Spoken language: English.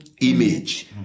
image